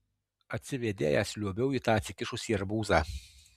atsivėdėjęs liuobiau į tą atsikišusį arbūzą